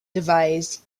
devised